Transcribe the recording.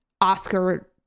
oscar